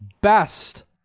best